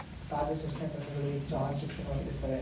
ತಾಜಾ ಚೆಸ್ಟ್ನಟ್ ಹಣ್ಣುಗಳು ಹೆಚ್ಚು ಆಹಾರ ಶಕ್ತಿಯನ್ನು ಒದಗಿಸುತ್ತವೆ